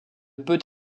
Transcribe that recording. peut